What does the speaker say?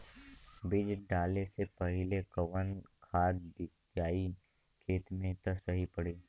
बीज डाले से पहिले कवन खाद्य दियायी खेत में त सही पड़ी?